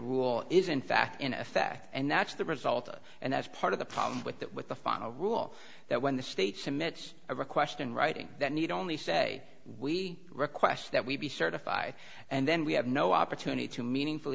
rule is in fact in effect and that's the result and that's part of the problem with that with the final rule that when the states cements a question writing that need only say we request that we be certified and then we have no opportunity to meaningful